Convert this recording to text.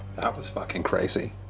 was fucking crazy.